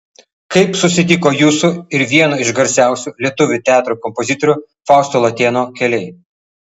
kaip susitiko jūsų ir vieno iš garsiausių lietuvių teatro kompozitorių fausto latėno keliai